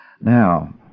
Now